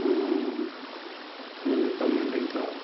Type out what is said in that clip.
ఇంకా చెప్పాలంటే ఇంకా